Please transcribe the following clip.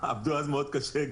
עבדו אז מאוד קשה.